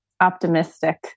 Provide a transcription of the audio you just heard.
Optimistic